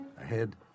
Ahead